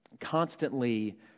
constantly